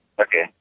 Okay